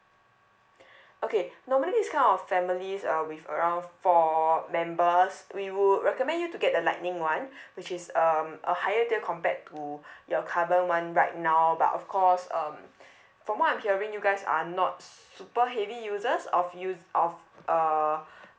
okay normally these kind of families uh with around four members we would recommend you to get the lightning [one] which is um a higher tier compared to your current [one] right now but of course um from what I'm hearing you guys are not super heavy users of use of uh